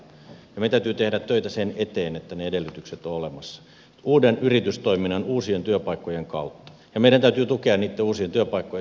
meidän täytyy tehdä töitä sen eteen että ne edellytykset ovat olemassa uuden yritystoiminnan ja uusien työpaikkojen kautta ja meidän täytyy tukea niitten uusien työpaikkojen syntymistä